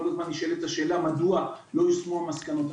כל הזמן נשאלת השאלה מדוע לא יושמו המסקנות.